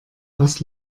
was